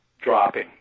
dropping